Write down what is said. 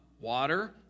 water